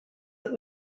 look